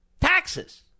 taxes